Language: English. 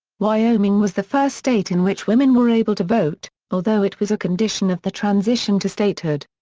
wyoming was the first state in which women were able to vote, although it was a condition of the transition to statehood.